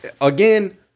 again